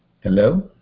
Hello